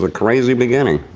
but crazy beginning.